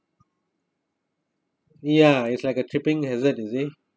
ya it's like a tripping hazard you see